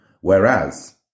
whereas